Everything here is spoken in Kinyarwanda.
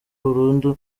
burundu